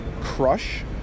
crush